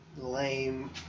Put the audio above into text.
lame